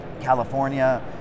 California